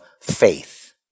faith